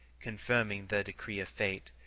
confirming the decree of fate.